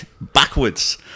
backwards